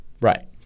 Right